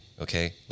okay